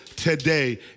Today